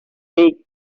make